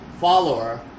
follower